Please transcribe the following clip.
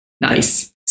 Nice